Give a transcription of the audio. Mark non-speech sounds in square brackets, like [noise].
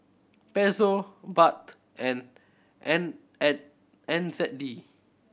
Peso Baht and N [unintelligible] N Z D